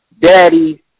daddy